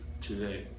today